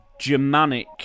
Germanic